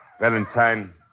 Valentine